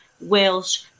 Welsh